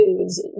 foods